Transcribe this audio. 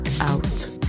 out